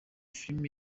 filime